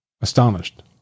Astonished